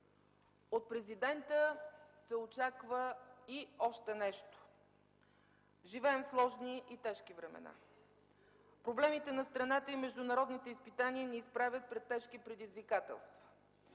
От президента се очаква и още нещо. Живеем в сложни и тежки времена. Проблемите на страната и международните изпитания ни изправят пред тежки предизвикателства.